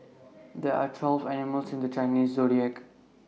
there are twelve animals in the Chinese Zodiac